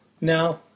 Now